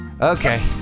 Okay